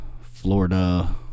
Florida